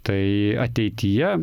tai ateityje